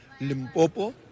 Limpopo